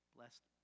Blessed